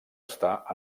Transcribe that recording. està